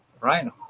Ryan